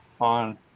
on